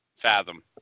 Fathom